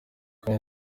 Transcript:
kuri